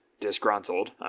disgruntled